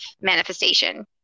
manifestation